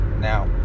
Now